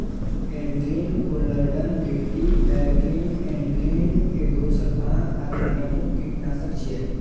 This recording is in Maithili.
Aldrin, chlordane, DDT, dieldrin, endrin, endosulfan आदि प्रमुख कीटनाशक छियै